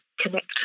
connect